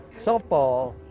softball